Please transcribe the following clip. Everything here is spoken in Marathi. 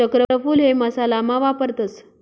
चक्रफूल हे मसाला मा वापरतस